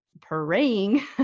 praying